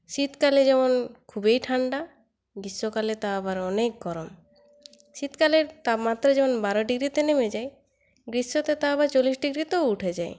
শীতকালে যেমন খুবই ঠান্ডা গ্রীষ্মকালে তা আবার অনেক কম শীতকালের তাপমাত্রা যেমন বারো ডিগ্রিতে নেমে যায় গ্রীষ্মতে তাও আবার চল্লিশ ডিগ্রিতেও উঠে যায়